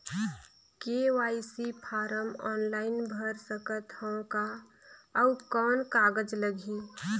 KYC form online भर सकत हवं का? अउ कौन कागज लगही?